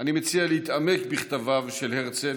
אני מציע להתעמק בכתביו של הרצל,